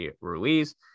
Ruiz